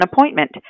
appointment